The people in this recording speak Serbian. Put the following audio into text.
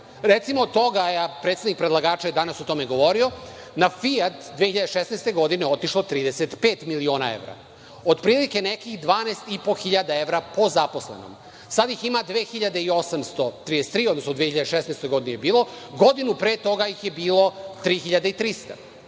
Recimo, od toga je, a predstavnik predlagača je danas o tome govorio, na Fijat 2016. godine otišlo 35 miliona evra, otprilike nekih 12,5 hiljada evra po zaposlenom. Sada ih ima 2833, odnosno u 2016. godini ih je bilo, a godinu pre toga ih je bilo 3300.